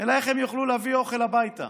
אלא להביא אוכל הביתה.